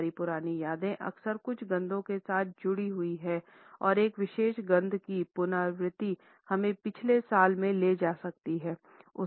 हमारी पुरानी यादें अक्सर कुछ गंधों के साथ जुडी हुई हैं और एक विशेष गंध की पुनरावृत्ति हमें पिछले समय में ले जा सकती है